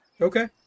Okay